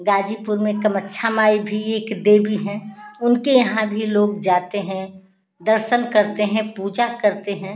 गाजीपुर में कामाख्या माई भी एक देवी हैं उनके यहाँ भी लोग जाते हैं दर्शन करते हैं पूजा करते हैं